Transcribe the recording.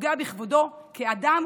ופוגע בכבודו כאדם